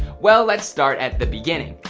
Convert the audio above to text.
well let's start at the beginning.